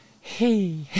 Hey